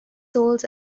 sold